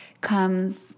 comes